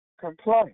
complain